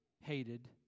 hated